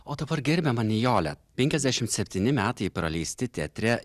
o dabar gerbiama nijole penkiasdešimt septyni metai praleisti teatre